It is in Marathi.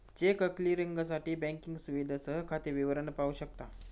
चेक क्लिअरिंगसाठी बँकिंग सुविधेसह खाते विवरण पाहू शकता